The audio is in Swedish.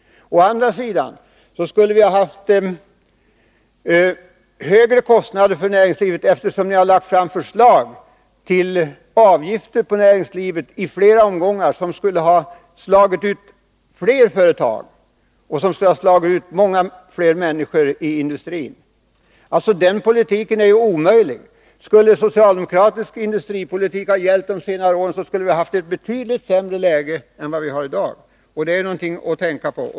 För det andra skulle vi haft högre kostnader för näringslivet, eftersom ni har lagt fram förslag till avgifter på näringslivet i flera omgångar som skulle ha slagit ut flera företag och slagit ut många fler människor inom industrin. Skulle socialdemokratisk industripolitik ha gällt under senare år, skulle vi haft ett betydligt sämre läge än vi har i dag, det är någonting att tänka på.